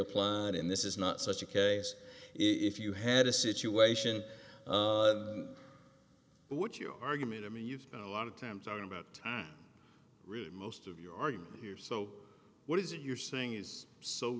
applied in this is not such a case if you had a situation but what you argument i mean you've got a lot of time talking about really most of your argument here so what is it you're saying is so